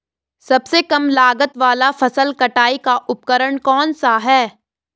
सबसे कम लागत वाला फसल कटाई का उपकरण कौन सा है?